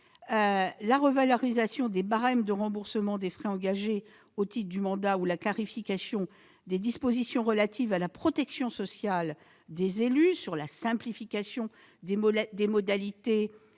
la revalorisation des barèmes de remboursement des frais engagés au titre du mandat ou la clarification des dispositions relatives à la protection sociale des élus. Ainsi, on a assuré la simplification des modalités